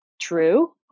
true